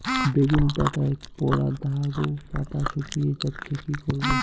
বেগুন পাতায় পড়া দাগ ও পাতা শুকিয়ে যাচ্ছে কি করব?